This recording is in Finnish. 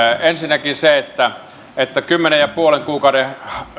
ensinnäkin siihen että kymmenen ja puolen kuukauden